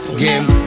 game